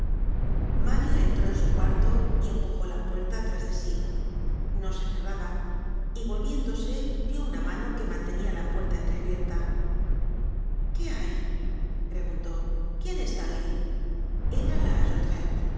mario entró en su cuarto y empujó la puerta tras de sí no se cerraba y volviéndose vió una mano que mantenia la puerta entreabierta qué hay preguntó quién está ahí era la